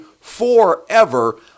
forever